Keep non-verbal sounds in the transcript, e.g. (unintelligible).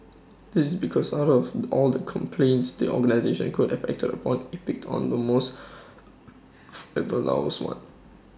this is because out of all the complaints the organisation could have acted upon IT pick on the most (noise) (unintelligible) one